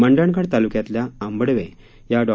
मंडणगड तालुक्यातल्या आंबडवे या डॉ